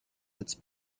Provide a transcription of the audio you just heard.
its